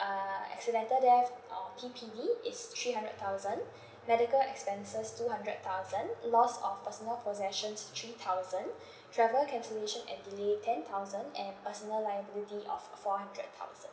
uh accidental death or P_T_D is three hundred thousand medical expenses two hundred thousand loss of personal possessions three thousand travel cancellation and delay ten thousand and personal liability of four hundred thousand